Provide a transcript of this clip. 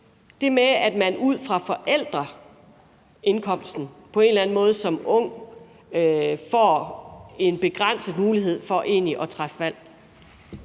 hvor man som ung ud fra forældreindkomsten på en eller anden måde får en begrænset mulighed for at træffe valg